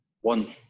One